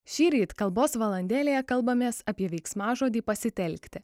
šįryt kalbos valandėlėje kalbamės apie veiksmažodį pasitelkti